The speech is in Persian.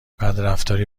بدرفتاری